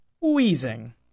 wheezing